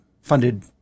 funded